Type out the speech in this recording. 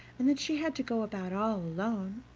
and that she had to go about all alone,